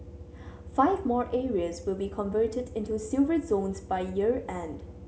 five more areas will be converted into Silver Zones by year end